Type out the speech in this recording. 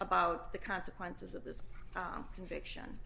about the consequences of this conviction